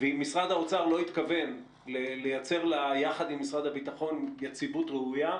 ואם משרד האוצר לא התכוון לייצר יחד עם משרד הביטחון יציבות ראויה,